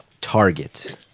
Target